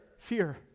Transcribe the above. Fear